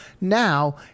Now